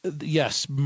yes